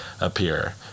appear